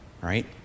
right